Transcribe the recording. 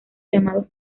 llamados